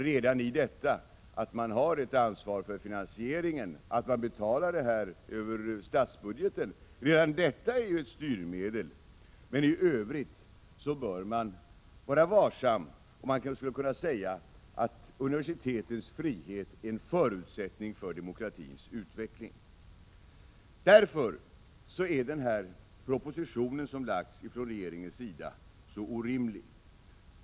Redan det faktum att staten har ett ansvar för finansieringen, dvs. att staten betalar detta över statsbudgeten, innebär ett styrmedel. Men i övrigt bör staten vara varsam. Man skulle kunna säga att universitetens frihet är en förutsättning för demokratins utveckling. Därför är den här propositionen som lagts fram av regeringen så orimlig.